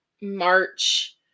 March